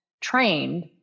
trained